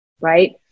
right